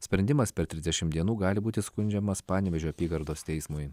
sprendimas per trisdešimt dienų gali būti skundžiamas panevėžio apygardos teismui